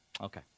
Okay